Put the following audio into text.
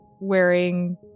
wearing